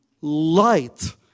Light